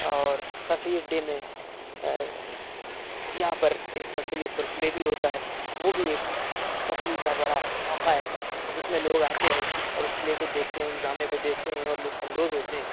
اور sir Syed day میں یہاں پر ایک سر سید پر پلے بھی ہوتا ہے وہ بھی ایک تفریح کا بڑا موقع ہے جس میں لوگ آتے ہیں اور اس پلے کو دیکھتے ہیں اس ڈرامے کو دیکھتے ہیں اور لطف اندوز ہوتے ہیں